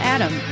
Adam